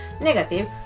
negative